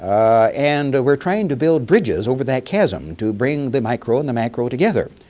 and we're trying to build bridges over that chasm to bring the micro and the macro together.